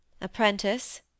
Apprentice